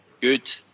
good